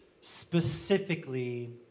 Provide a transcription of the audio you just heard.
specifically